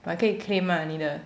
but 可以 claim mah 你的